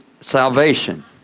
salvation